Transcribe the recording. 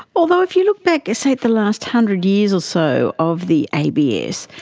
although if you look back say at the last hundred years or so of the abs,